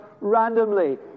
randomly